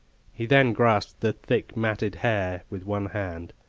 he then grasped the thick, matted hair with one hand,